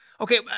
Okay